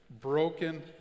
broken